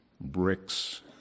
bricks